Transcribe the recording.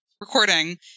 Recording